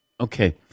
Okay